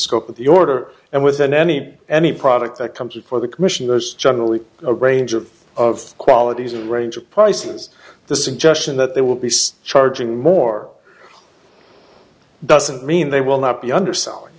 scope of the order and within any any product that comes before the commission there's generally a range of of qualities and range of prices the suggestion that they will be starting more doesn't mean they will not be underselling